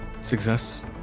Success